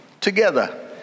together